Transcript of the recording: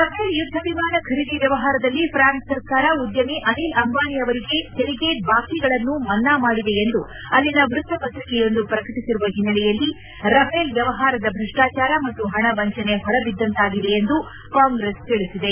Rafale ಯುದ್ದ ವಿಮಾನ ಖರೀದಿ ವ್ಚವಹಾರದಲ್ಲಿ ಪ್ರಾನ್ಸ್ ಸರ್ಕಾರ ಉದ್ದಮಿ ಅನಿಲ್ ಅಂಬಾನಿ ಅವರ ತೆರಿಗೆ ಬಾಕಿಗಳನ್ನು ಮನ್ನ ಮಾಡಿದೆ ಎಂದು ಅಲ್ಲಿನ ವೃತ್ತಪತ್ರಿಕೆಯೊಂದು ಪ್ರಕಟಿಸಿರುವ ಹಿನ್ನೆಲೆಯಲ್ಲಿ ರಫೇಲ್ ವ್ಯವಹಾರದ ಭ್ರಷ್ಟಾಚಾರ ಮತ್ತು ಹಣ ವಂಚನೆ ಹೊರಬಿದ್ದಂತಾಗಿದೆ ಎಂದು ಕಾಂಗ್ರೆಸ್ ತಿಳಿಸಿದೆ